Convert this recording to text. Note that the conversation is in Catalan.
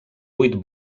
vuit